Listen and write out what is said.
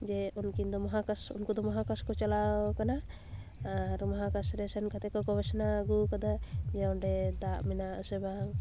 ᱡᱮ ᱩᱱᱠᱤᱱ ᱫᱚ ᱢᱚᱦᱟᱠᱟᱥ ᱩᱱᱠᱩ ᱫᱚ ᱢᱚᱦᱟᱠᱟᱥ ᱠᱚ ᱪᱟᱞᱟᱣ ᱠᱟᱱᱟ ᱟᱨ ᱢᱚᱦᱟᱠᱟᱥ ᱨᱮ ᱥᱮᱱ ᱠᱟᱛᱮ ᱠᱚ ᱜᱚᱵᱮᱥᱚᱱᱟ ᱟᱜᱩᱣ ᱠᱟᱫᱟ ᱡᱮ ᱚᱸᱰᱮ ᱫᱟᱜ ᱢᱮᱱᱟᱜᱼᱟ ᱥᱮ ᱵᱟᱝ